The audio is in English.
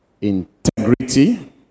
integrity